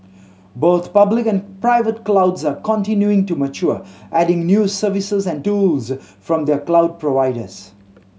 both public and private clouds are continuing to mature adding new services and tools from their cloud providers